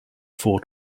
four